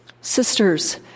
Sisters